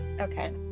Okay